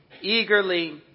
eagerly